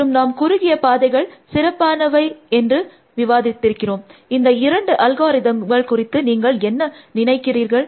மற்றும் நாம் குறுகிய பாதைகள் சிறப்பானவை என்று நாம் விவாதித்திருக்கிறோம் இந்த இரண்டு அல்காரிதம்கள் குறித்து நீங்கள் என்ன நினைக்கிறீர்கள்